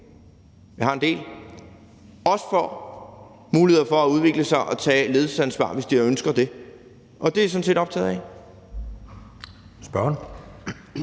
jeg har en del – også får muligheder for at udvikle sig og tage et ledelsesansvar, hvis de ønsker det. Det er jeg sådan set optaget af. Kl.